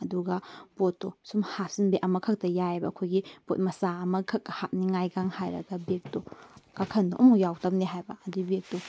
ꯑꯗꯨꯒ ꯄꯣꯠꯇꯣ ꯁꯨꯝ ꯍꯥꯞꯆꯤꯟꯕꯩ ꯑꯃ ꯈꯛꯇ ꯌꯥꯏꯑꯦꯕ ꯑꯩꯈꯣꯏꯒꯤ ꯄꯣꯠ ꯃꯆꯥ ꯑꯃꯈꯛ ꯍꯥꯞꯅꯤꯡꯉꯥꯏꯒ ꯍꯥꯏꯔꯒ ꯕꯦꯒꯇꯣ ꯀꯥꯈꯟꯗꯣ ꯑꯃ ꯐꯥꯎ ꯌꯥꯎꯔꯛꯇꯕꯅꯦ ꯍꯥꯏꯕ ꯑꯗꯨꯏ ꯕꯦꯒꯇꯣ